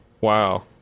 Wow